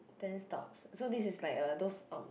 ten stops so this is like uh those um